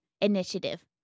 initiative